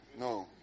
No